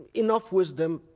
and enough wisdom.